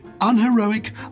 unheroic